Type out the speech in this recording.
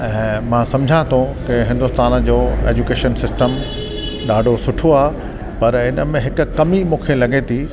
ऐं मां सम्झां थो की हिंदुस्तान जो एजुकेशन सिस्टम ॾाढो सुठो आहे पर हिन में हिकु कमी मूंखे लॻे थी